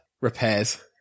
repairs